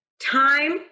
time